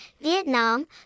Vietnam